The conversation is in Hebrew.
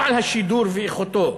לא על השידור ואיכותו,